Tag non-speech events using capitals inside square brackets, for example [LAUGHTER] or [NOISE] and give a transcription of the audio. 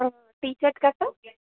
T [UNINTELLIGIBLE] કરી દઉ